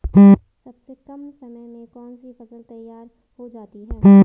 सबसे कम समय में कौन सी फसल तैयार हो जाती है?